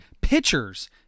Pitchers